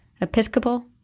Episcopal